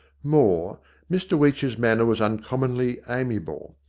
more mr weech's manner was uncommonly amiable,